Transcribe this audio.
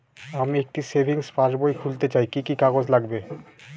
আমি একটি savings passbook খুলতে চাই কি কি কাগজ লাগবে?